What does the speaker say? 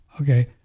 okay